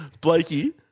Blakey